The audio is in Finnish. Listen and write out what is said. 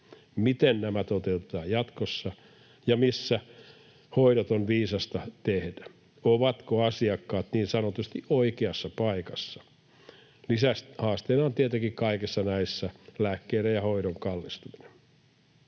Miten nämä toteutetaan jatkossa, ja missä hoidot on viisasta tehdä? Ovatko asiakkaat niin sanotusti oikeassa paikassa? Lisähaasteena on tietenkin kaikissa näissä lääkkeiden ja hoidon kallistuminen.